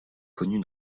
connue